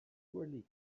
poorly